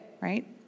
right